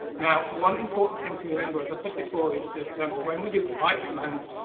now one important thing to remember as i said before is that um when we do byte commands,